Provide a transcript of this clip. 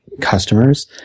customers